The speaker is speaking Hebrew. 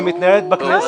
שמתנהלת בכנסת.